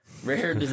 Rare